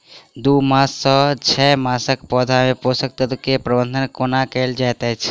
दू मास सँ छै मासक पौधा मे पोसक तत्त्व केँ प्रबंधन कोना कएल जाइत अछि?